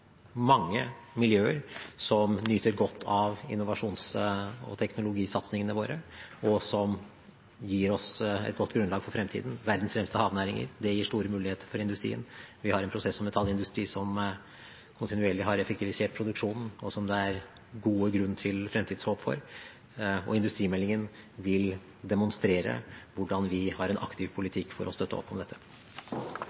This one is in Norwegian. mange miljøer som nyter godt av innovasjons- og teknologisatsingene våre, og som gir oss et godt grunnlag for fremtiden. Verdens fremste havnæringer gir store muligheter for industrien. Vi har en prosess- og metallindustri som kontinuerlig har effektivisert produksjonen, og som det er god grunn for fremtidshåp for, og industrimeldingen vil demonstrere hvordan vi har en aktiv